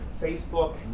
Facebook